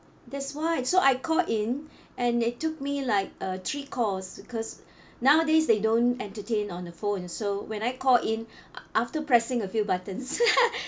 that's why so I call in and it took me like uh three calls because nowadays they don't entertain on the phone so when I call in after pressing a few buttons